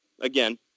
Again